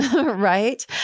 right